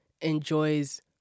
enjoys